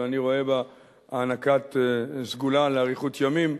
ואני רואה בה הענקת סגולה לאריכות ימים,